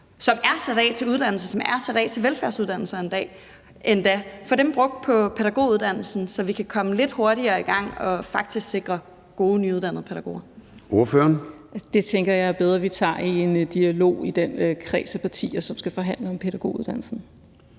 som er sat af til uddannelse, og som endda er sat af til velfærdsuddannelser. Kunne vi få dem brugt på pædagoguddannelsen, så vi kan komme lidt hurtigere i gang og faktisk sikre gode nyuddannede pædagoger? Kl. 10:51 Formanden (Søren Gade): Ordføreren. Kl. 10:51 Marlene Harpsøe (DD): Det tænker jeg er bedre vi tager i en dialog i den kreds af partier, som skal forhandle om pædagoguddannelsen.